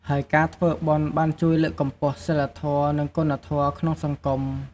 ហើយការធ្វើបុណ្យបានជួយលើកកម្ពស់សីលធម៌ និងគុណធម៌ក្នុងសង្គម។